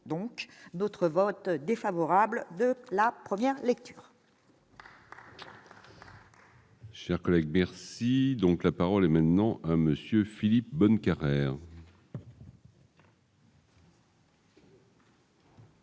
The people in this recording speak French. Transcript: donc notre vote défavorable de la première lecture. Chers collègues, merci, donc, la parole est maintenant monsieur Philippe bonne. Oui,